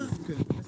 כן.